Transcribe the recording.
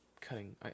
cutting